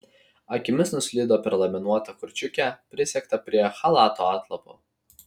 akimis nuslydo per laminuotą korčiukę prisegtą prie chalato atlapo